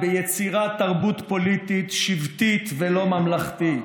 ביצירת תרבות פוליטית שבטית ולא ממלכתית.